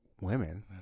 women